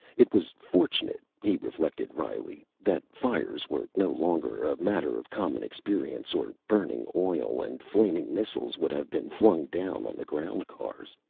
it was fortunate, he reflected wryly, that fires were no longer a matter of common experience, or burning oil and flaming missiles would have been flung down on the ground cars.